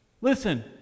Listen